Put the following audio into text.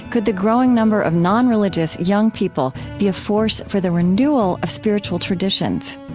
could the growing number of non-religious young people be a force for the renewal of spiritual traditions?